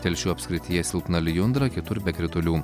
telšių apskrityje silpna lijundra kitur be kritulių